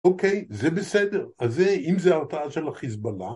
אוקיי, זה בסדר, אז אם זה הרתעה של החיזבאללה